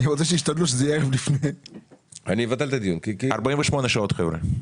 48 שעות לפני.